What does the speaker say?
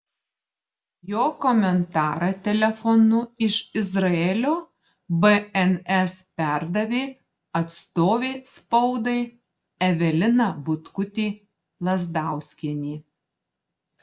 jo komentarą telefonu iš izraelio bns perdavė atstovė spaudai evelina butkutė lazdauskienė